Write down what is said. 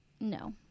no